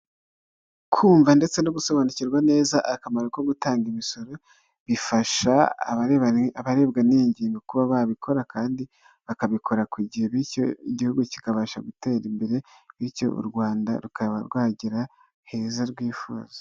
Kumva ndetse no gusobanukirwa neza akamaro ko gutanga imisoro, bifasha abarebwa n'iyi ngingo kuba babikora, kandi bakabikora ku gihe, bityo igihugu kikabasha gutera imbere, bityo u Rwanda rukaba rwagera heza rwifuza.